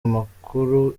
amakuru